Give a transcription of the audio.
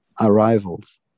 arrivals